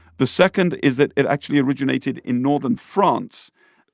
the second is that it actually originated in northern france.